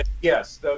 yes